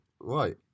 right